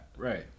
Right